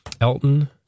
Elton